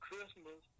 Christmas